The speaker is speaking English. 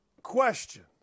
Question